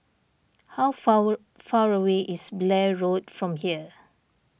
how far far away is Blair Road from here